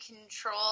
control